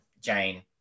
Jane